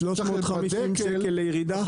חוף הדקל --- 350 שקל לירידה.